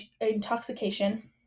intoxication